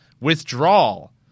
withdrawal